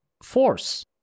force